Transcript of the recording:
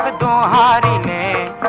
ah da da da